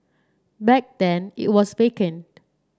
back then it was vacant